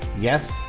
Yes